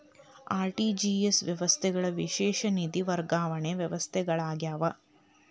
RTGS ವ್ಯವಸ್ಥೆಗಳು ವಿಶೇಷ ನಿಧಿ ವರ್ಗಾವಣೆ ವ್ಯವಸ್ಥೆಗಳಾಗ್ಯಾವ